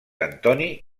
antoni